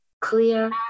clear